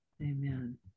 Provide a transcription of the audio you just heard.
Amen